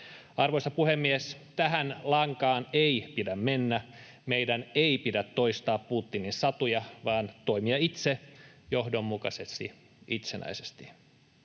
Arvoisa puhemies! Tähän lankaan ei pidä mennä. Meidän ei pidä toistaa Putinin satuja vaan toimia itse johdonmukaisesti, itsenäisesti.